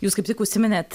jūs kaip tik užsiminėt